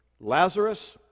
Lazarus